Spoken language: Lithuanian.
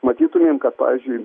matytumėm kad pavyzdžiui